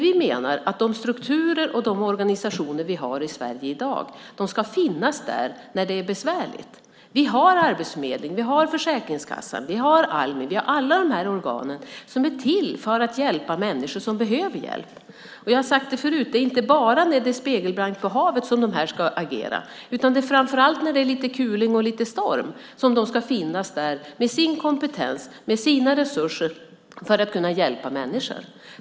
Vi menar att de strukturer och de organisationer vi har i Sverige i dag ska finnas där när det är besvärligt. Vi har Arbetsförmedlingen, Försäkringskassan, Almi och alla dessa organ som är till för att hjälpa människor som behöver hjälp. Jag har sagt det förut: Det är inte bara när det är spegelblankt på havet som de ska agera. Det är framför allt när det är lite kuling och lite storm som de ska finnas där med sin kompetens och sina resurser för att kunna hjälpa människor.